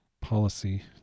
policy